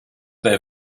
their